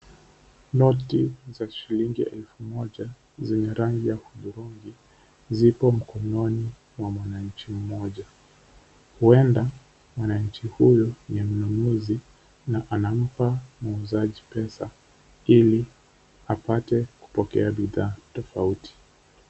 Noti za shilingi elfu moja zenye rangi ya hudhurungi zipo mkononi mwa mwananchi mmoja. Huenda mwananchi huyu ni mnunuzi na anampa muuzaji pesa ili apate kupokea bidhaa tofauti.